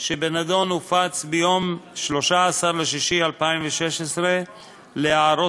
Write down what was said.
שבנדון הופץ ביום 13 ביוני 1620 להערות